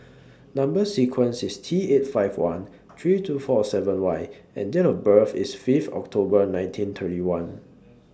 Number sequence IS T eight five one three two four seven Y and Date of birth IS Fifth October nineteen thirty one